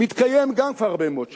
מתקיים כבר הרבה מאוד שנים,